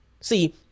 See